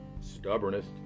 stubbornest